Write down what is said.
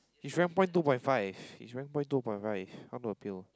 his rank point two point five his rank point two point five how to appeal